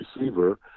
receiver